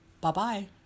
Bye-bye